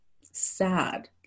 sad